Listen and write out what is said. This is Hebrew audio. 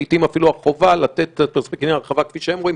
לעיתים אפילו את החובה לתת הרחבה שהם רואים.